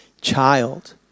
child